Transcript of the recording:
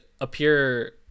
appear